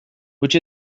which